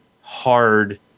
hard